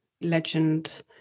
legend